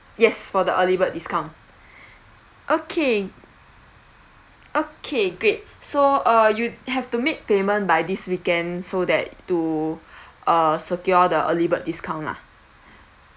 yes for the early bird discount okay okay great so uh you have to make payment by this weekend so that to uh secure the early bird discount lah